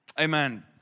Amen